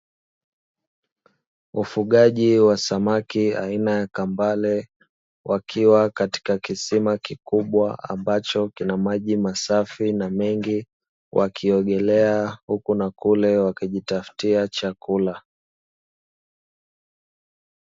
Ufugaji wa samaki aina ya kambale, wakiwa katika kisima kikubwa ambacho kina maji masafi na mengi, wakiogelea huku na kule wakijitafutia chakula.